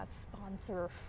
sponsor